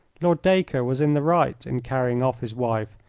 lord dacre was in the right in carrying off his wife,